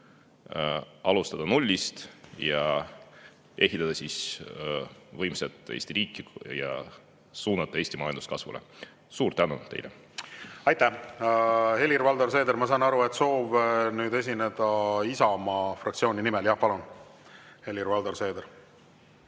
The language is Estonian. alustada nullist, ehitada võimsat Eesti riiki ja suunata Eesti majanduse kasvule. Suur tänu teile! Aitäh! Helir-Valdor Seeder, ma saan aru, et on soov esineda Isamaa fraktsiooni nimel. Palun, Helir-Valdor Seeder!